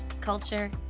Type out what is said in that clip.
culture